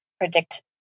predict